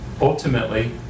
Ultimately